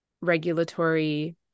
regulatory